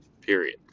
period